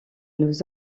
nous